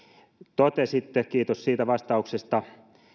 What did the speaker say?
totesitte kiitos siitä vastauksesta